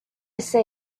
say